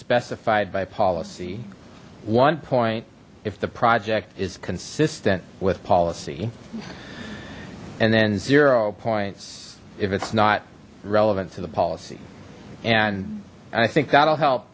specified by policy one point if the project is consistent with policy and then zero points if it's not relevant to the policy and i think that'll help